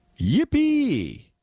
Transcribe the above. Yippee